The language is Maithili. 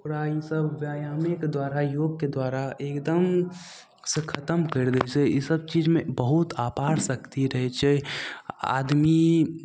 ओकरा ईसब व्यायामेके द्वारा योगके द्वारा एकदमसँ खतम करि दै छै ईसब चीजमे बहुत आपार शक्ति रहय छै आदमी